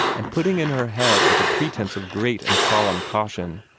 and putting in her head with a pretence of great and solemn caution,